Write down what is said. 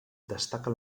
destaca